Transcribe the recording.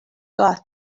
got